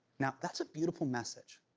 now, that's a beautiful message,